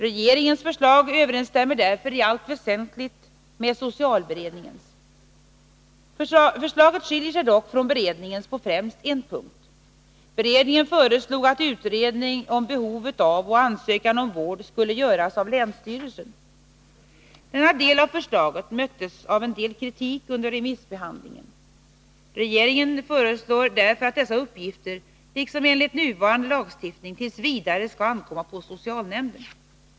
Regeringens förslag överensstämmer därför i allt väsentligt med socialberedningens. Förslaget skiljer sig dock från beredningens på främst en punkt. Beredningen föreslog att utredning om behovet av och ansökan om vård skulle göras av länsstyrelsen. Denna del av förslaget möttes av en del kritik under remissbehandlingen. Regeringen föreslår därför att dessa uppgifter, liksom enligt nuvarande lagstiftning, t. v. skall ankomma på socialnämnden.